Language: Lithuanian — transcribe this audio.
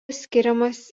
skiriamas